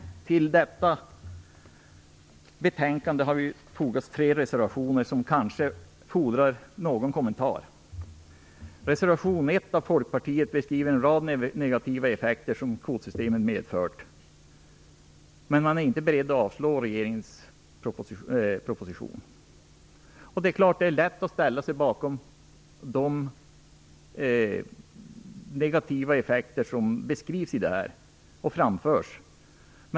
Till detta betänkande har fogats tre reservationer som kanske fordrar någon kommentar. Reservation 1 av Folkpartiet beskriver en rad negativa effekter som kvotsystemet medför. Men man är inte beredd att avslå regeringens proposition. Det är klart att det är lätt att hålla med om de negativa effekter som beskrivs.